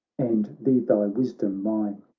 and be thy wisdom mine!